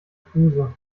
fluse